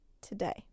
today